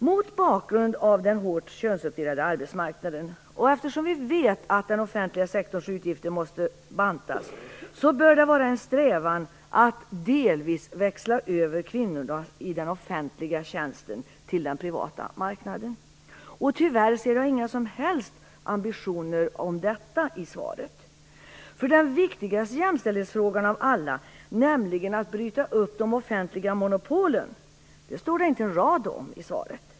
Mot bakgrund av den hårt könsuppdelade arbetsmarknaden och eftersom vi vet att den offentliga sektorns utgifter måste bantas, bör det vara en strävan att delvis växla över kvinnorna i offentlig tjänst till den privata marknaden. Tyvärr ser jag inga som helst ambitioner i den riktningen i svaret. Den viktigaste jämställdhetsfrågan av alla, nämligen att bryta upp de offentliga monopolen, står det inte en rad om i svaret.